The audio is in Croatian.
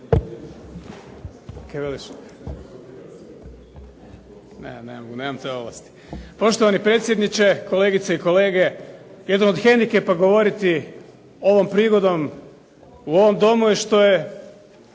**Milanović, Zoran (SDP)** Poštovani predsjedniče, kolegice i kolege. Jedno od hendikepa govoriti ovom prigodom u ovom Domu što je